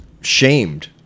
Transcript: shamed